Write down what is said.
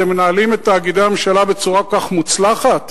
אתם מנהלים את תאגידי הממשלה בצורה כל כך מוצלחת?